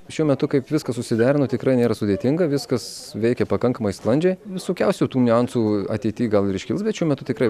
šiuo metu kaip viskas susiderino tikrai nėra sudėtinga viskas veikia pakankamai sklandžiai visokiausių niuansų ateityje gal ir iškils bet šiuo metu tikrai